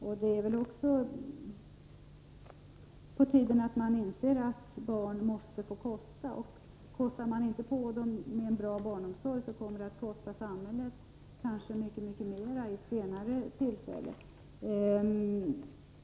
Det är väl också på tiden att man inser att barn måste få kosta, och kostar man inte på barnen en bra barnomsorg kommer det kanske att kosta samhället mycket, mycket mer vid senare tillfällen.